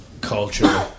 culture